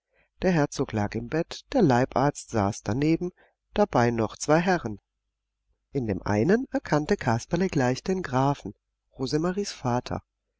der herzog lag im bett der leibarzt saß daneben dabei noch zwei herren in dem einen erkannte kasperle gleich den grafen rosemaries vater